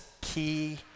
key